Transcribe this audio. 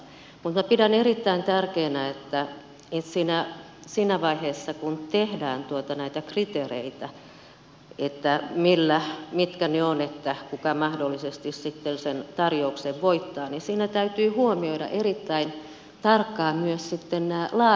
mutta minä pidän erittäin tärkeänä että siinä vaiheessa kun tehdään näitä kriteereitä määritellään mitkä ne ovat kuka mahdollisesti sitten sen tarjouksen voittaa täytyy huomioida erittäin tarkkaan myös nämä laatukriteerit